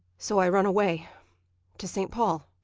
so i run away to st. paul.